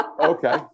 Okay